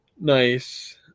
nice